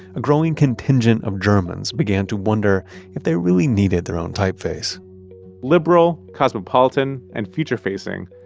a growing contingent of germans began to wonder if they really needed their own typeface liberal, cosmopolitan and future-facing,